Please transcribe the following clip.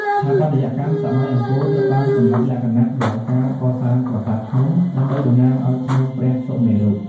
ស្ថាបត្យកម្មសម័យអង្គរត្រូវបានកំណត់លក្ខណៈដោយការកសាងប្រាសាទភ្នំ ដើម្បីតំណាងឱ្យភ្នំព្រះសុមេរុ។